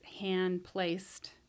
hand-placed